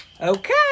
Okay